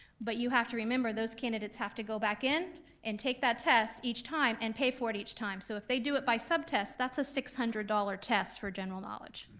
but you have to remember, those candidates have to go back in and take that test each time and pay for it each time, so if they do it by sub-test, that's a six hundred dollars test for general knowledge.